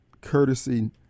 courtesy